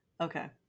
Okay